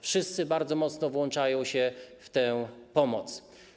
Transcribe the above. Wszyscy bardzo mocno włączają się w tę pomoc.